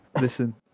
Listen